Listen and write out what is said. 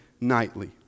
nightly